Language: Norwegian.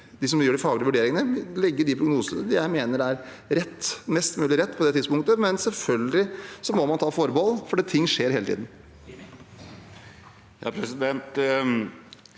de som gjør de faglige vurderingene, legge de prognosene man mener er mest mulig rett på det tidspunktet, men selvfølgelig må man ta forbehold, for ting skjer hele tiden.